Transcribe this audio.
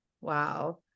Wow